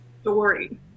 story